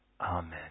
Amen